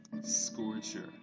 Scorcher